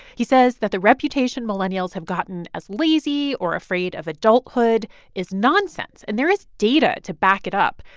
he says that the reputation millennials have gotten as lazy or afraid of adulthood is nonsense. and there is data to back it up.